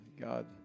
God